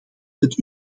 dat